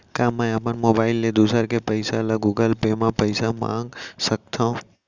का मैं अपन मोबाइल ले दूसर ले पइसा गूगल पे म पइसा मंगा सकथव?